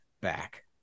back